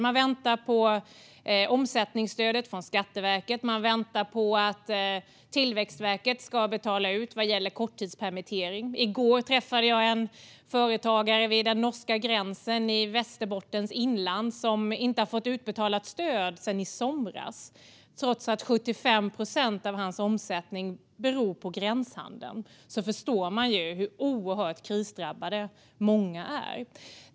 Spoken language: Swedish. Man väntar på omsättningsstödet från Skatteverket, och man väntar på att Tillväxtverket ska betala ut stödet vid korttidspermittering. I går träffade jag en företagare vid den norska gränsen i Västerbottens inland, som inte har fått stöd utbetalat sedan i somras trots att 75 procent av hans omsättning kommer från gränshandeln. Man förstår hur oerhört krisdrabbade många är.